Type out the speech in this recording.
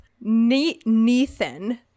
nathan